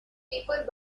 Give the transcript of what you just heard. peopled